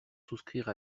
souscrire